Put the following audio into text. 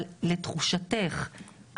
אבל לתחושתך,